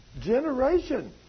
generation